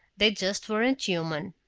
they just weren't human!